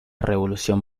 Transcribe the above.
revolución